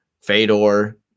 Fedor